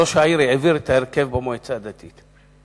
ראש העיר העביר את ההרכב במועצה הדתית.